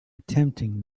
attempting